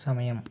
సమయం